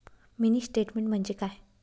Mini statement म्हणजे काय?